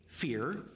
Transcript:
fear